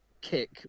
kick